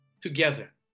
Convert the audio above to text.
together